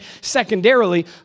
secondarily